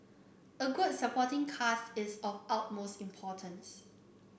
a good supporting cast is of importance